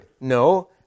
No